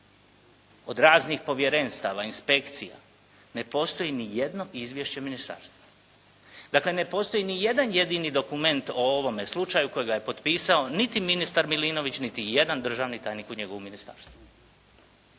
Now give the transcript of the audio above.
od raznih povjerenstava, inspekcija, ne postoji ni jedno izvješće ministarstva. Dakle, ne postoji ni jedan jedini dokument o ovome slučaju kojega je potpisao niti ministar Milinović, niti jedan državni tajnik u njegovom ministarstvu.